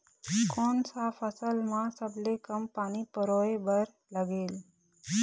कोन सा फसल मा सबले कम पानी परोए बर लगेल?